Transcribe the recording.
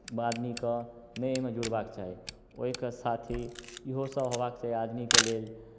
आदमीकेँ नहि ओहिमे जुड़बाक चाही ओहिके साथ ही इहोसभ हेबाक चाही आदमीके लेल